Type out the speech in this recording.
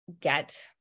get